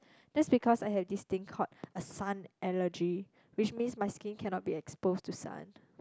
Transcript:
that's because I have this thing called a sun allergy which means my skin cannot be exposed to sun